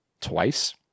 twice